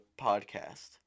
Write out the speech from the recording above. podcast